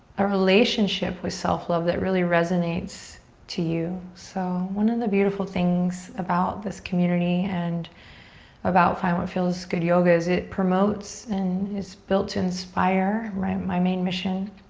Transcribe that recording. a relationship with self love that really resonates to you. so one of the beautiful things about this community and about find what feels good yoga is it promotes and is built to inspire. my main mission